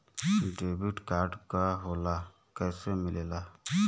Debit card का होला कैसे मिलेला?